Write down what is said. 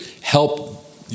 help